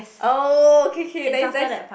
oh okay okay nice nice